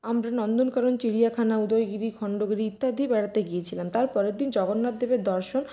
আমরা নন্দনকানন চিড়িয়াখানা উদয়গিরি খন্ডগিরি ইত্যাদি বেড়াতে গিয়েছিলাম তারপরের দিন জগন্নাথ দেবের দর্শন